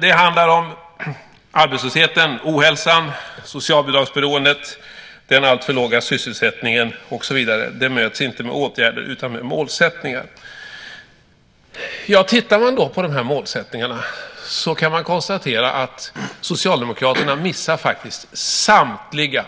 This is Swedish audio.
Det handlar om arbetslösheten, ohälsan, socialbidragsberoendet, den alltför låga sysselsättningen och så vidare. Det möts inte med åtgärder utan med målsättningar. Om man tittar på de här målsättningarna kan man konstatera att Socialdemokraterna faktiskt missar samtliga